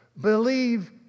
Believe